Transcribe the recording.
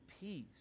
peace